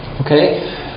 Okay